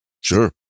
sure